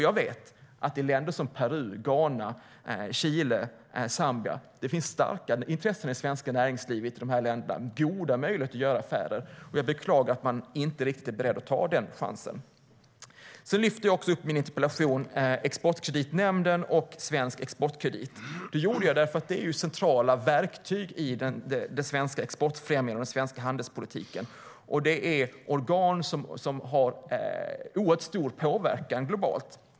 Jag vet att det finns starka intressen för bland annat Peru, Ghana, Chile och Zambia i svenskt näringsliv och goda möjligheter att göra affärer. Jag beklagar att regeringen inte är beredd att ta denna chans. I min interpellation lyfter jag också upp Exportkreditnämnden och Svensk Exportkredit. De är centrala verktyg i den svenska handelspolitiken och i det svenska exportfrämjandet. Det är organ som har stor påverkan globalt.